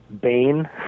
Bane